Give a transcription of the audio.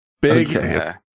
Big